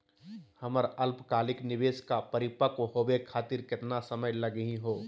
हमर अल्पकालिक निवेस क परिपक्व होवे खातिर केतना समय लगही हो?